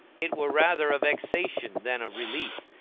it were rather a vexation than a relief,